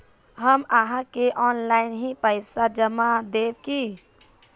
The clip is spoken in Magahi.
हम आहाँ के ऑनलाइन ही पैसा जमा देब की?